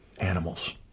animals